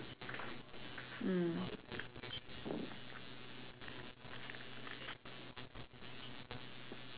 mm